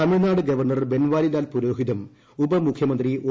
Tamil Nadu governor Banwarilal പുരോഹിതും ഉപമുഖ്യമന്ത്രി O